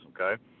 okay